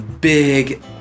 big